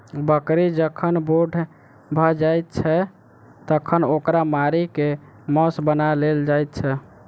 बकरी जखन बूढ़ भ जाइत छै तखन ओकरा मारि क मौस बना लेल जाइत छै